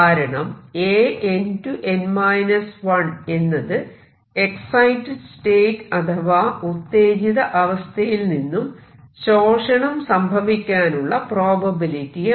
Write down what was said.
കാരണം An→n 1 എന്നത് excited state അഥവാ ഉത്തേജിത അവസ്ഥയിൽ നിന്നും ശോഷണം സംഭവിക്കാനുള്ള പ്രോബബിലിറ്റിയാണ്